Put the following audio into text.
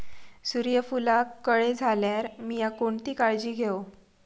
सूर्यफूलाक कळे इल्यार मीया कोणती काळजी घेव?